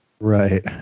right